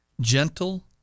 gentle